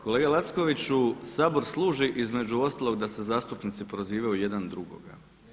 Kolega Lackoviću, Sabor služi između ostalog da se zastupnici prozivaju jedan drugoga.